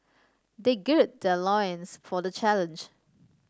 they gird their loins for the challenge